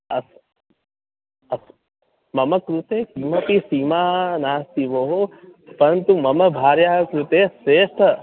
अस्तु अस्तु मम कृते किमपि सीमा नास्ति भोः परन्तु मम भार्याकृते श्रेष्ठं